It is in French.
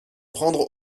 prendre